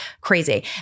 crazy